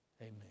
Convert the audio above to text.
Amen